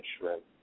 shrimp